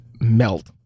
melt